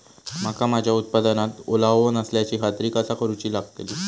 मका माझ्या उत्पादनात ओलावो नसल्याची खात्री कसा करुची लागतली?